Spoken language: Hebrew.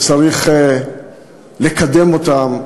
וצריך לקדם אותם.